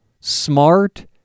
smart